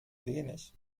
wenig